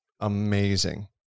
amazing